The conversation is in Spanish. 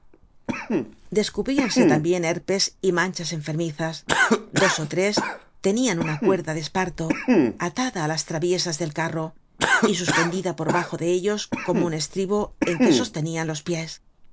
descubríanse tambien herpes y manchas enfermizas dos ó tres lenian una cuerda de esparto atada á las traviesas del carro y suspendida por bajo de ellos como un estribo en que sostenían los pies